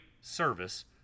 service